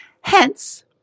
hence